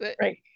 Right